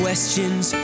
Questions